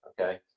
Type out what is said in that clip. Okay